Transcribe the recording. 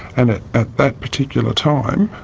and at that particular time,